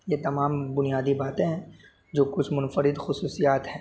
یہ تمام بنیادی باتیں ہیں جو کچھ منفرد خصوصیات ہیں